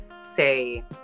say